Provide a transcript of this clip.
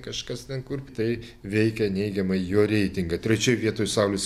kažkas ten kur tai veikia neigiamai jo reitingą trečioj vietoj saulius